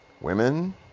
women